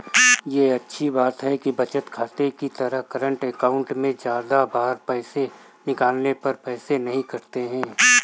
ये अच्छी बात है कि बचत खाते की तरह करंट अकाउंट में ज्यादा बार पैसे निकालने पर पैसे नही कटते है